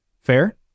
Fair